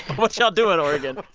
what y'all doing, oregon?